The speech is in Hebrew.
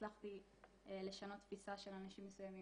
הצלחתי לשנות תפיסה של אנשים מסוימים